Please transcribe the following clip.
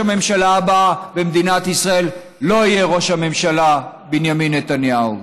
ראש הממשלה הבא במדינת ישראל לא יהיה ראש הממשלה בנימין נתניהו.